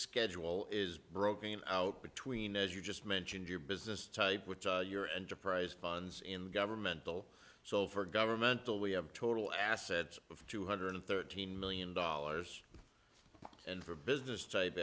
schedule is broken out between as you just mentioned your business type which you're and to prize funds in governmental so for governmental we have total assets of two hundred thirteen million dollars and for business type